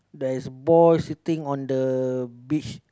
there is a boy sitting on the beach